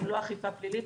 הם לא אכיפה פלילית,